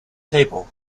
table